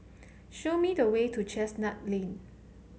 show me the way to Chestnut Lane